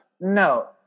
No